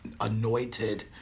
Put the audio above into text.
anointed